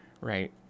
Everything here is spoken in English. right